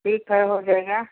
ठीक है हो जाएगा